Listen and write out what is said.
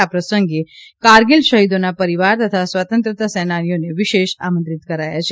આ પ્રસંગે કારગીલ શહીદોના પરિવાર તથા સ્વાતંત્ર્ય સેનાનીઓને વિશેષ આમંત્રિત કરાયા છે